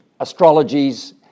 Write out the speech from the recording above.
astrologies